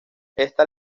esta